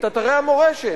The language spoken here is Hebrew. את אתרי המורשת,